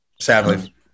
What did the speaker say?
Sadly